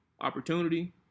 opportunity